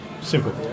simple